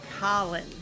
Colin